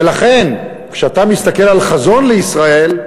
ולכן, כשאתה מסתכל על חזון לישראל,